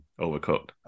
overcooked